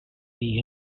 the